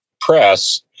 press